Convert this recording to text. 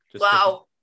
wow